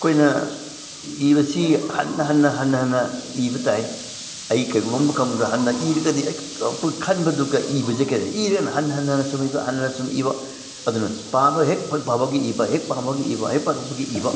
ꯑꯩꯈꯣꯏꯅ ꯏꯕꯁꯤ ꯍꯟꯅ ꯍꯟꯅ ꯍꯟꯅ ꯍꯟꯅ ꯏꯕ ꯇꯥꯏ ꯑꯩ ꯀꯩꯒꯨꯝꯕ ꯑꯃ ꯈꯪꯕꯗ ꯍꯟꯅ ꯏꯔꯒꯗꯤ ꯑꯩꯈꯣꯏ ꯈꯟꯕꯗꯨꯒ ꯏꯕꯁꯤ ꯀꯔꯤ ꯏꯔꯦꯅ ꯍꯟꯅ ꯍꯟꯅ ꯁꯨꯝ ꯏꯕ ꯍꯟꯅ ꯍꯟꯅ ꯁꯨꯝ ꯏꯕ ꯑꯗꯨꯅ ꯄꯥꯕ ꯍꯦꯛ ꯄꯥꯕꯒ ꯏꯕ ꯍꯦꯛ ꯄꯥꯕꯒ ꯏꯕ ꯍꯦꯛ ꯄꯥꯕꯒ ꯏꯕ